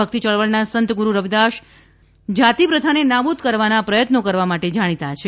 ભક્તિ યળવળના સંત ગુરુ રવિદાસ જાતિ પ્રથાને નાબૂદ કરવાના પ્રથત્નો કરવા માટે જાણીતા છે